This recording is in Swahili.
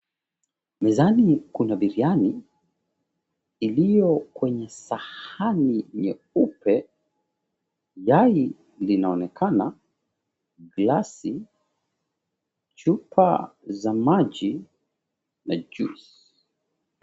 Mezani kuna biriyani iliyo kwenye sahani nyeupe. Yai linaonekana, glasi, chupa za maji na juice .